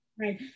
right